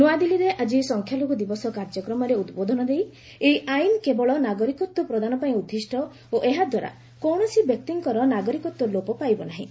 ନୂଆଦିଲ୍ଲୀରେ ଆଜି ସଂଖ୍ୟାଲଘୁ ଦିବସ କାର୍ଯ୍ୟକ୍ରମରେ ଉଦ୍ବୋଧନ ଦେଇ ଏହି ଆଇନ୍ କେବଳ ନାଗରିକତ୍ୱ ପ୍ରଦାନ ପାଇଁ ଉଦ୍ଦିଷ୍ଟ ଓ ଏହାଦ୍ୱାରା କୌଣସି ବ୍ୟକ୍ତିଙ୍କର ନାଗରିକତ୍ୱ ଲୋପ ପାଇବ ନାହିଁ